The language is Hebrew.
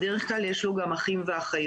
בדרך כלל יש לו גם אחים ואחיות.